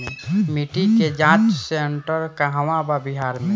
मिटी के जाच सेन्टर कहवा बा बिहार में?